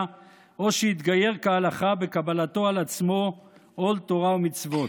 או שהתגייר כהלכה בקבלתו על עצמו עול תורה ומצוות.